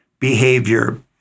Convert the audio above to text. behavior